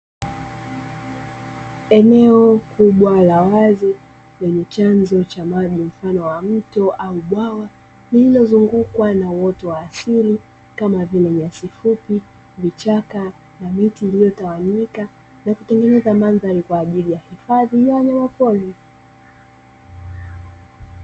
Eneo kubwa la wazi lenye chanzo cha maji mfano wa mto au bwawa lililozungukwa na uoto wa asili kama vile; nyasi fupi, vichaka na miti iliyotawanyika na kutengeneza mandhari kwa ajili ya hifadhi ya wanyama pori.